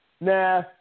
Nah